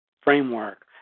framework